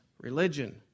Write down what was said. Religion